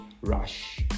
rush